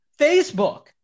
Facebook